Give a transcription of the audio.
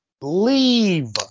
Leave